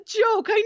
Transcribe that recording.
joke